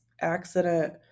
accident